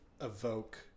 evoke